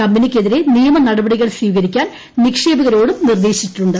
കമ്പനിക്കെതിരെ നിയമ നടപടികൾ സ്വീകരിക്കാൻ നിക്ഷേപകരോടും നിർദ്ദേശിച്ചിട്ടുണ്ട്